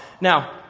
Now